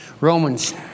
Romans